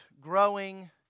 growing